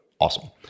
awesome